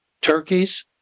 Turkeys